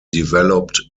developed